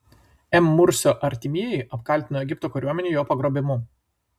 m mursio artimieji apkaltino egipto kariuomenę jo pagrobimu